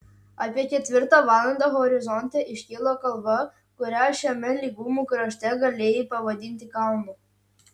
apie ketvirtą valandą horizonte iškilo kalva kurią šiame lygumų krašte galėjai pavadinti kalnu